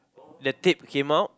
the tape came out